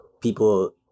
People